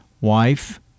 wife